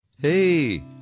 Hey